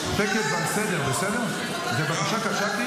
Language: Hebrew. השקט והסדר, זאת בקשה קשה?